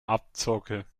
abzocke